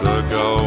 ago